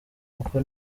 kuko